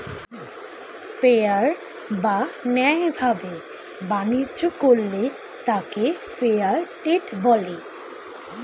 fair বা ন্যায় ভাবে বাণিজ্য করলে তাকে ফেয়ার ট্রেড বলে